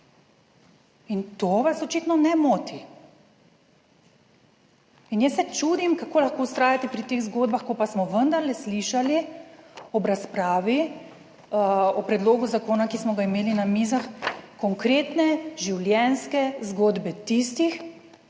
in to vas očitno ne moti in jaz se čudim kako lahko vztrajate pri teh zgodbah, ko pa smo vendarle slišali ob razpravi o predlogu zakona, ki smo ga imeli na mizah, konkretne življenjske zgodbe tistih,